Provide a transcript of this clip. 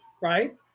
right